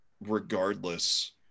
regardless